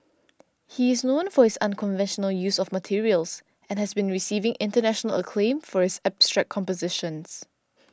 he is known for his unconventional use of materials and has been receiving international acclaim for his abstract compositions